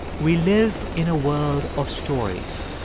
we live in a world of stories.